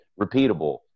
repeatable